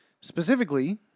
specifically